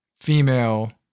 female